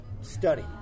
study